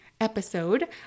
episode